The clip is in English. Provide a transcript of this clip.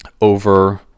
over